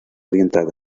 orientada